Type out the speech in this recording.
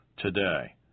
today